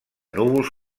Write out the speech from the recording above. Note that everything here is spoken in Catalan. núvols